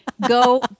go